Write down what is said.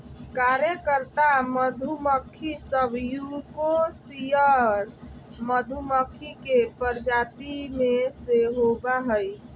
कार्यकर्ता मधुमक्खी सब यूकोसियल मधुमक्खी के प्रजाति में से होबा हइ